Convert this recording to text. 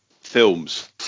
films